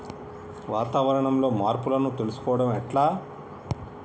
వాతావరణంలో మార్పులను తెలుసుకోవడం ఎట్ల?